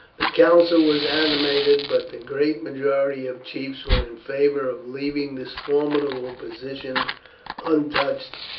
the council was animated, but the great majority of chiefs were in favour of leaving this formidable position untouched,